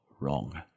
Wrong